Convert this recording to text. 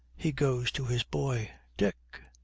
he goes to his boy. dick!